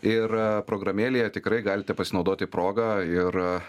ir programėlėje tikrai galite pasinaudoti proga ir